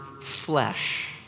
flesh